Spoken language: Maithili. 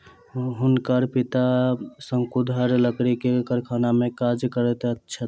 हुनकर पिता शंकुधर लकड़ी के कारखाना में काज करैत छथि